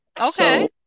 Okay